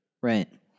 Right